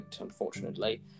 unfortunately